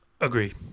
Agree